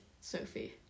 Sophie